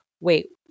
wait